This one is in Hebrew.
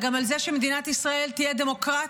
אלא גם על זה שמדינת ישראל תהיה דמוקרטיה.